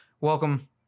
welcome